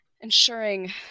ensuring